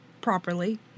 properly